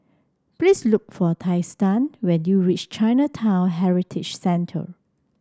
please look for Trystan when you reach Chinatown Heritage Centre